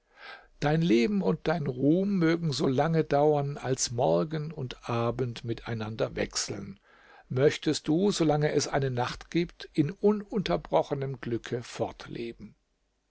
dein leben und dein ruhm mögen so lange dauern als morgen und abend miteinander wechseln möchtest du so lange es eine nacht gibt in ununterbrochenem glücke fortleben